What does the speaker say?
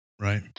Right